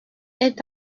est